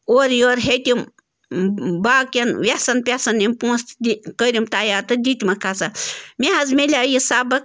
اورٕ یورٕ ہیٚتِم باقیَن وٮ۪سَن پٮ۪سَن یِم پونٛسہٕ تہِ دِ کٔرِم تیار تہِ دِیتۍ مَکھ ہسا مےٚ حظ مِلے یہِ سَبق